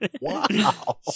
Wow